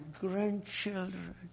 grandchildren